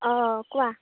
অ' কোৱা